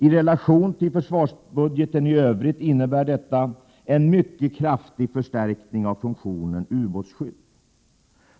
I relation till försvarsbudgeten i övrigt innebär detta en mycket kraftig förstärkning av funktionen ubåtsskydd.